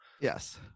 Yes